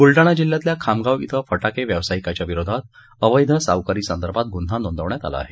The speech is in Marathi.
बुलडाणा जिल्ह्यातल्या खामगाव क्रि फटाके व्यवसायीकाच्या विरोधात अवैध सावकारी संदर्भात गुन्हा नोंदवण्यात आला आहे